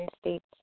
states